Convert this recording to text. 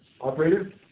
Operator